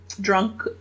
drunk